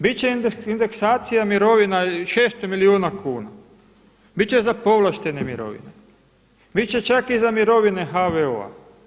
Bit će indeksacija mirovina 600 milijuna kuna, bit će za povlaštene mirovine, bit će čak i za mirovine HVO-a.